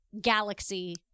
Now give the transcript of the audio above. galaxy